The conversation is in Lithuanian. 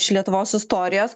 iš lietuvos istorijos